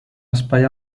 espai